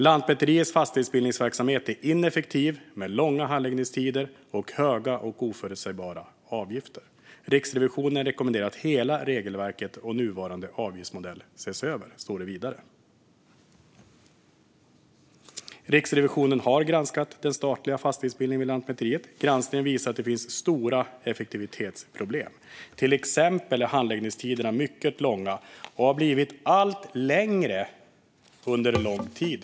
"Lantmäteriets fastighetsbildningsverksamhet är ineffektiv med långa handläggningstider och höga oförutsägbara avgifter. Riksrevisionen rekommenderar att hela regelverket och nuvarande avgiftsmodell ses över", står det vidare. "Riksrevisionen har granskat den statliga fastighetsbildningen vid Lantmäteriet. Granskningen visar att det finns stora effektivitetsproblem. Till exempel är handläggningstiderna mycket långa - och har blivit allt längre under lång tid."